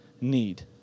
need